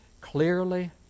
clearly